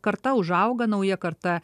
karta užauga nauja karta